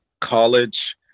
college